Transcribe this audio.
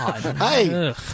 Hey